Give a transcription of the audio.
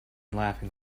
laughing